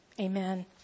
amen